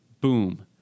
Boom